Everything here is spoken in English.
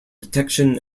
detection